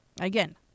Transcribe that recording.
again